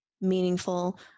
meaningful